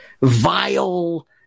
vile